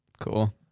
Cool